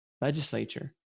legislature